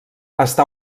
està